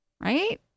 right